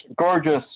gorgeous